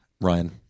Ryan